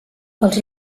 els